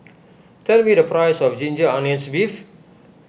tell me the price of Ginger Onions Beef